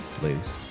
ladies